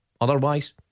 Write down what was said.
Otherwise